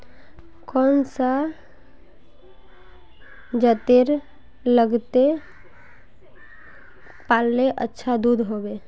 कौन सा जतेर लगते पाल्ले अच्छा दूध होवे?